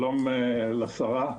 שלום לשרה.